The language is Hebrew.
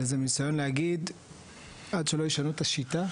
אלא זה מניסיון להגיד שעד שלא ישנו את השיטה,